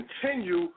continue